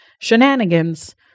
shenanigans